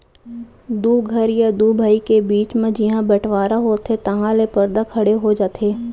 दू घर या दू भाई के बीच म जिहॉं बँटवारा होथे तहॉं ले परदा खड़े हो जाथे